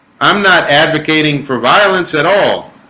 i'm not advocating for violence at all.